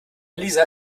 lisa